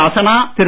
அசனா திரு